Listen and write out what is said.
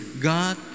God